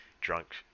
drunk